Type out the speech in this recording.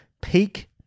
Peak